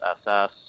SS